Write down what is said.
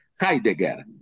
Heidegger